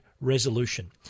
resolution